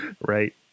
Right